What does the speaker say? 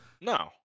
No